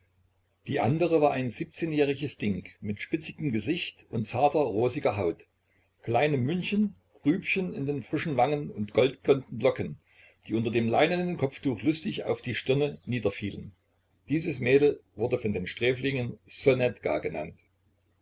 die andere war ein siebzehnjähriges ding mit spitzigem gesicht und zarter rosiger haut kleinem mündchen grübchen in den frischen wangen und goldblonden locken die unter dem leinenen kopftuch lustig auf die stirne niederfielen dieses mädel wurde von den sträflingen ssonetka genannt